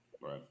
Right